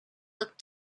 looked